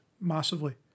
massively